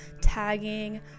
tagging